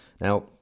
Now